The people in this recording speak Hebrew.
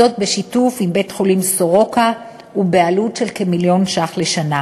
זאת בשיתוף עם בית-החולים "סורוקה" ובעלות של כמיליון שקלים לשנה.